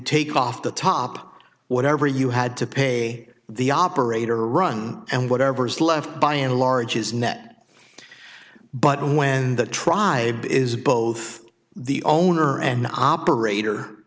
take off the top whatever you had to pay the operator run and whatever's left by and large is net but when the tribe is both the owner and operator